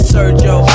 Sergio